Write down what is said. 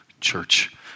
church